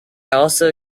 also